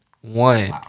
One